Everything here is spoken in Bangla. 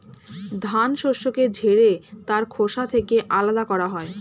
ধান শস্যকে ঝেড়ে তার খোসা থেকে আলাদা করা হয়